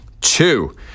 two